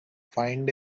find